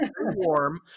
warm